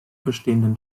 bestehenden